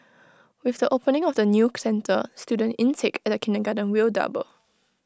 with the opening of the new centre student intake at kindergarten will double